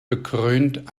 bekrönt